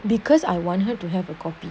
because I want her to have a copy